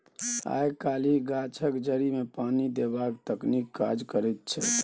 आय काल्हि गाछक जड़िमे पानि देबाक तकनीक काज करैत छै